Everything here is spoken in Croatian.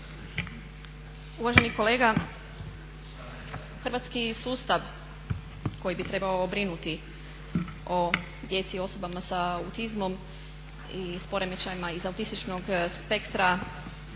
Uvaženi kolega, hrvatski sustav koji bi trebao brinuti o djeci, osobama sa autizmom i s poremećajima iz autističnog spektra